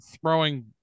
throwing